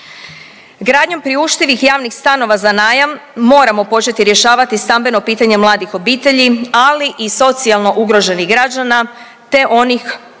Gradnjom priuštivih javnih stanova za najam moramo početi rješavati stambeno pitanje javnih obitelji, ali i socijalno ugroženih građana, te onih koji